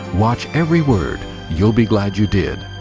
watch every word. you'll be glad you did.